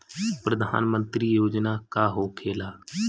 प्रधानमंत्री योजना का होखेला?